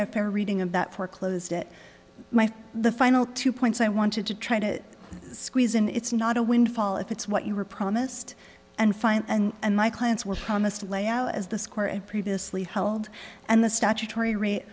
fair reading of that foreclosed it might the final two points i wanted to try to squeeze in it's not a windfall if it's what you were promised and find and my clients were promised layout as the square and previously held and the statutory ra